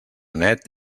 net